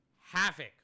havoc